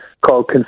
called